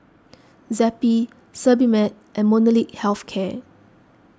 Zappy Sebamed and Molnylcke Health Care